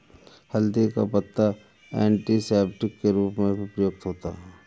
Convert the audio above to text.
हल्दी का पत्ता एंटीसेप्टिक के रूप में भी प्रयुक्त होता है